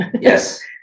yes